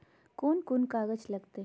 कौन कौन कागज लग तय?